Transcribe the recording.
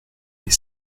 est